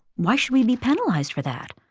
why should we be penalized for that?